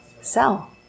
Sell